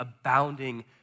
abounding